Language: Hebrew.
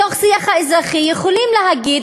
בתוך השיח האזרחי יכולים להגיד,